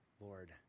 Lord